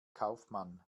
kaufmann